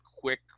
quick